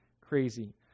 crazy